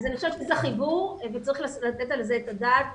אני חושבת שצריך לתת על זה את הדעת.